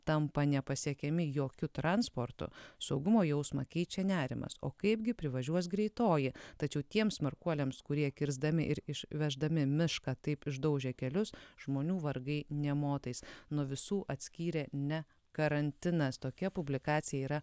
tampa nepasiekiami jokiu transportu saugumo jausmą keičia nerimas o kaipgi privažiuos greitoji tačiau tiems smarkuoliams kurie kirsdami ir iš veždami mišką taip išdaužė kelius žmonių vargai nė motais nuo visų atskyrė ne karantinas tokia publikacija yra